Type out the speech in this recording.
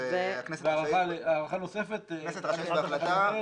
והכנסת רשאית בהחלטה,